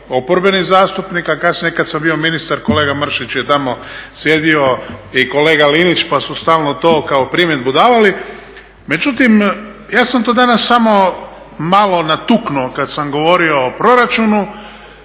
oporbeni zastupnik a kasnije kad sam bio ministar kolega Mršić je tamo sjedio i kolega Linić pa su stalno to kao primjedbu davali, međutim ja sam to danas samo malo natuknuo kad sam govorio o proračunu.